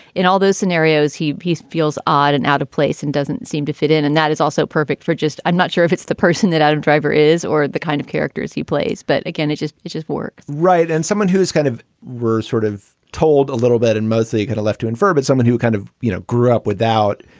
in all those scenarios, he he feels odd and out of place and doesn't seem to fit in. and that is also perfect for just i'm not sure if it's the person that adam driver is or the kind of characters he plays. but again, it just it just work right. and someone who's kind of were sort of told a little bit and mostly had a left to invert, but someone who kind of, you know, grew up without.